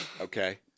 Okay